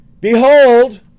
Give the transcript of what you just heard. behold